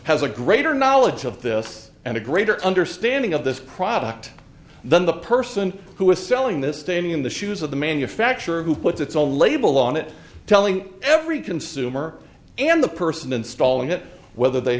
has a greater knowledge of this and a greater understanding of this product than the person who is selling this day in the shoes of the manufacturer who puts its own label on it telling every consumer and the person installing it whether they